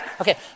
Okay